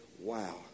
wow